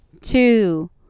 two